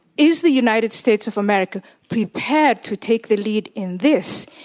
is the united states of america prepared to take the lead in this?